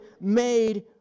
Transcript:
made